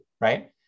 Right